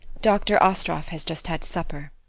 dr. astroff has just had supper.